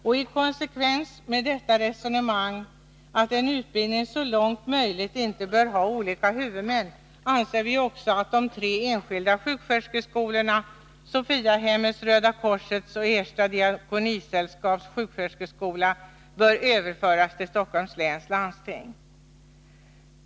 Och i konsekvens med vårt resonemang — att en utbildning så långt möjligt inte bör ha olika huvudmän — anser vi också att de tre enskilda sjuksköterskeskolorna, Sophiahemmets, Röda korsets och Ersta diakonisällskaps sjuksköterskeskolor, bör överföras till Stockholms läns landsting.